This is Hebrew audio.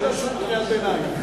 אל תאשרו קריאות ביניים.